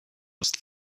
must